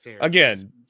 again